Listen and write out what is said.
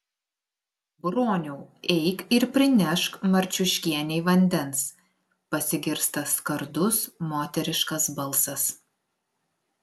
broniau eik ir prinešk marciuškienei vandens pasigirsta skardus moteriškas balsas